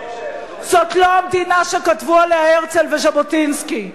זאת לא המדינה שכתבו עליה הרצל וז'בוטינסקי,